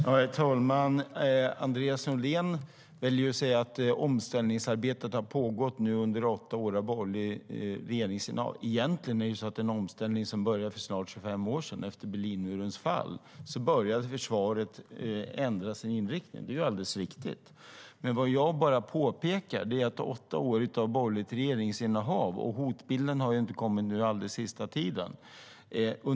Herr talman! Andreas Norlén vill säga att omställningsarbetet nu har pågått under åtta år av borgerligt regeringsinnehav. Egentligen är det en omställning som började för snart 25 år sedan. Efter Berlinmurens fall började försvaret ändra sin inriktning. Det är alldeles riktigt. Vad jag påpekar är att ingenting hände under åtta år av borgerligt innehav. Hotbilden har inte kommit den senaste tiden.